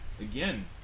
Again